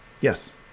Yes